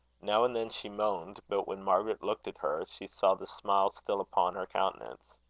now and then she moaned but when margaret looked at her, she saw the smile still upon her countenance.